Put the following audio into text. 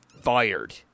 fired